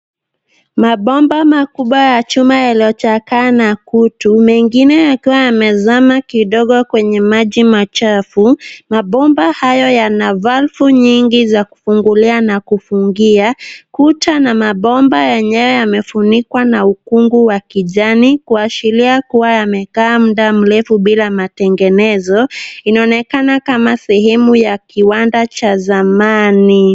Mabomba makubwa ya chuma yaliyochakaa na kutu mengine yakiwa yamezama kidogo kwenye maji machafu. Mabomba hayo yana vulvu nyingi za kufunguliwa na kufungia. Kuta na mabomba yenyewe yamefunikwa na ukungu wa kijani kuashiria kuwa yamekaa muda mrefu bila matengenezo. Inaonekana kama sehemu ya kiwanda cha zamani.